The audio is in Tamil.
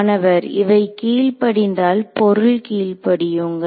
மாணவர் இவை கீழ்ப்படிந்தால் பொருள் கீழ்ப்படியுங்கள்